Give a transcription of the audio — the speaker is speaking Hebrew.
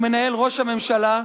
שמנהל ראש הממשלה,